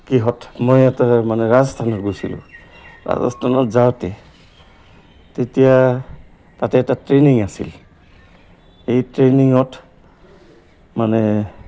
কিহত মই এটা মানে ৰাজস্থানত গৈছিলোঁ ৰাজস্থানত যাওঁতে তেতিয়া তাতে এটা ট্ৰেইনিং আছিল এই ট্ৰেইনিঙত মানে